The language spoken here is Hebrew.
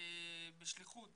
בשליחות